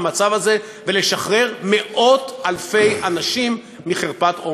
המצב הזה ולשחרר מאות-אלפי אנשים מחרפת עוני.